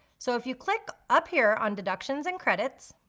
so if you click up here on deductions and credits,